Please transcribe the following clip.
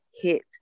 hit